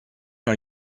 non